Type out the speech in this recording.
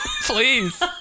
Please